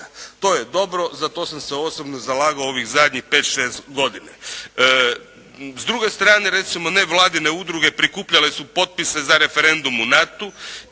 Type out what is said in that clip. To je dobro. Za to sam se osobno zalagao ovih zadnjih 5, 6 godina. S druge strane, recimo nevladine udruge prikupljale su potpise za referendum u NATO-u